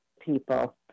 people